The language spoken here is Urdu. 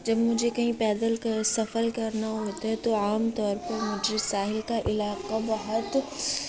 جب مجھے کہیں پیدل کا سفر کرنا ہوتا ہے تو عام طور پر مجھے ساحل کا علاقہ بہت